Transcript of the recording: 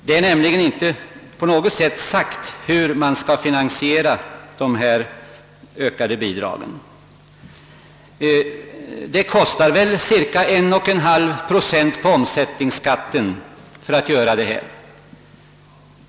Det är nämligen inte på något sätt sagt hur man skall finansiera dessa ökade bidrag. Det kostar väl cirka 1,5 procent på omsättningsskatten att göra detta.